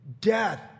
death